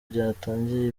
byatangiye